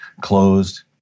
closed